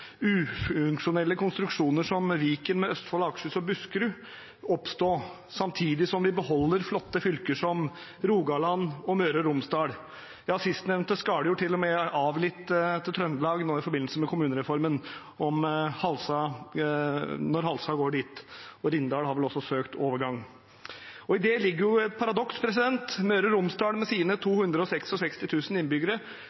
ufunksjonelle konstruksjoner som Viken med Østfold, Akershus og Buskerud, oppstå, samtidig som vi beholder flotte fylker som Rogaland og Møre og Romsdal. Ja, sistnevnte skaller jo til og med litt av til Trøndelag nå i forbindelse med kommunereformen når Halsa går dit, og Rindal har vel også søkt overgang. I det ligger et paradoks. Møre og Romsdal med sine